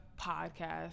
podcast